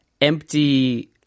empty –